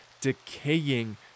decaying